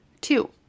Two